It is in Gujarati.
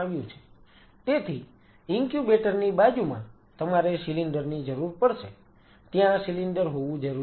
તેથી ઇન્ક્યુબેટર ની બાજુમાં તમારે સિલિન્ડર ની જરૂર પડશે ત્યાં સિલિન્ડર હોવું જરૂરી છે